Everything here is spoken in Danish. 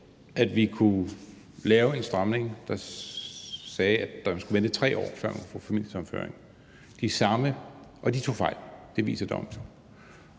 at vi kunne lave en stramning, der sagde, at man skulle vente 3 år, før man kunne få familiesammenføring. Og de tog fejl – det viser dommen.